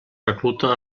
recluta